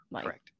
Correct